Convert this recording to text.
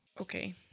Okay